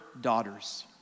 daughters